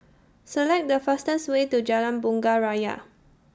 Select The fastest Way to Jalan Bunga Raya